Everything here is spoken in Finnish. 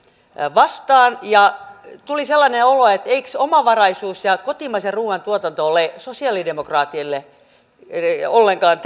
vastaan tuli sellainen olo että eivätkös omavaraisuus ja kotimaisen ruuan tuotanto ole sosialidemokraateille ollenkaan